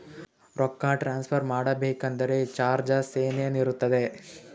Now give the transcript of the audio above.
ರೊಕ್ಕ ಟ್ರಾನ್ಸ್ಫರ್ ಮಾಡಬೇಕೆಂದರೆ ಚಾರ್ಜಸ್ ಏನೇನಿರುತ್ತದೆ?